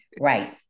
Right